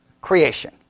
Creation